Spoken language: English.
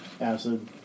Acid